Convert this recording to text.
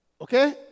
Okay